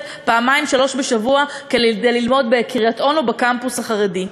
פעמיים-שלוש בשבוע כדי ללמוד בקריית-אונו בקמפוס החרדי.